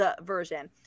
version